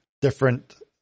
different